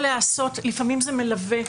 לפעמים זה מלווה,